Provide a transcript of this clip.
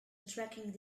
tracking